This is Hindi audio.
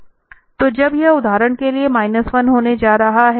तो जब यह उदाहरण के लिए माइनस 1 होने जा रहा है